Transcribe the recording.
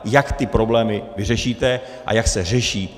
Jak ty problémy vyřešíte a jak se řeší.